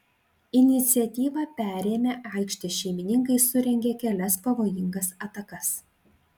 iniciatyvą perėmę aikštės šeimininkai surengė kelias pavojingas atakas